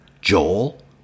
Joel